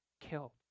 killed